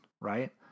right